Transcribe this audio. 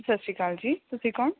ਸਤਿ ਸ਼੍ਰੀ ਅਕਾਲ ਜੀ ਤੁਸੀਂ ਕੌਣ